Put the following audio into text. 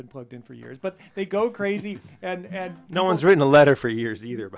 been plugged in for years but they go crazy and had no one's written a letter for years either